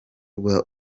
rwa